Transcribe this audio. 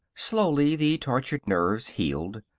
slowly the tortured nerves healed.